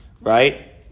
right